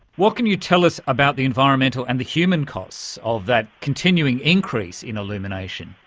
what can you tell us about the environmental and the human costs of that continuing increase you know illumination?